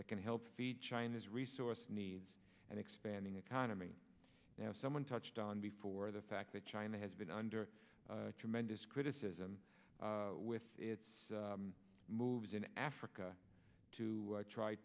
that can help feed china's resource needs and expanding economy now someone touched on before the fact that china has been under tremendous criticism with its moves in africa to try